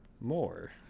more